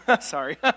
Sorry